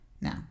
Now